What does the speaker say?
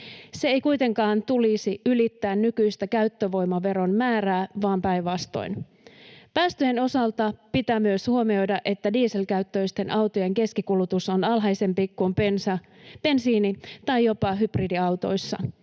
Sen ei kuitenkaan tulisi ylittää nykyistä käyttövoimaveron määrää vaan päinvastoin. Päästöjen osalta pitää huomioida myös, että dieselkäyttöisten autojen keskikulutus on alhaisempi kuin bensiini- tai jopa hybridiautojen.